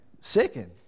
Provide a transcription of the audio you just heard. second